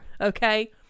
Okay